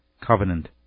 covenant